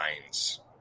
minds